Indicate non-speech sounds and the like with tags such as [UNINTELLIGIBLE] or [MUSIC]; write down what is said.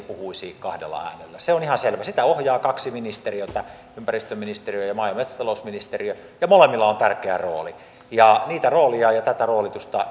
[UNINTELLIGIBLE] puhuisi kahdella äänellä se on ihan selvä sitä ohjaa kaksi ministeriötä ympäristöministeriö ja maa ja metsätalousministeriö ja molemmilla on tärkeä rooli niitä rooleja ja tätä roolitusta [UNINTELLIGIBLE]